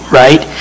right